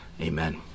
amen